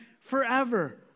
forever